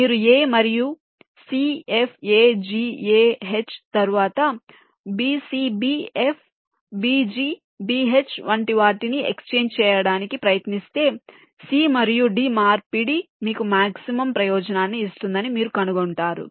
మీరు a మరియు cf a g a h తరువాత b c b f b g b h వంటి వాటిని ఎక్స్చేంజ్ చేయడానికి ప్రయత్నిస్తే c మరియు d మార్పిడి మీకు మాక్సిమం ప్రయోజనాన్ని ఇస్తుందని మీరు కనుగొంటారు